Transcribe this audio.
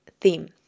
theme